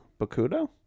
Bakudo